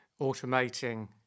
automating